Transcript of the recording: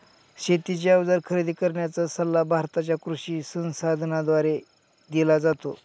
शेतीचे अवजार खरेदी करण्याचा सल्ला भारताच्या कृषी संसाधनाद्वारे दिला जातो